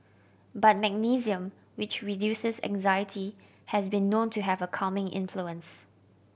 but magnesium which reduces anxiety has been known to have a calming influence